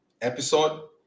episode